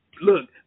look